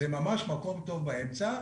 זה ממש מקום טוב באמצע.